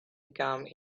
become